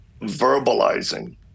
verbalizing